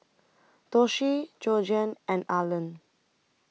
Doshie Georgiann and Arland